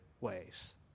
Ways